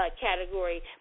category